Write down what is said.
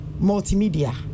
multimedia